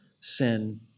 sin